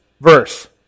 verse